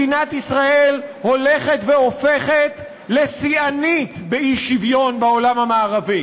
מדינת ישראל הולכת והופכת לשיאנית באי-שוויון בעולם המערבי,